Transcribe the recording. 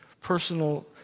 personal